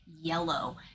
yellow